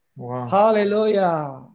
Hallelujah